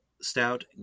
stout